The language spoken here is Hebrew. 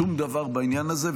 שום דבר בעניין הזה,